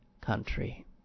country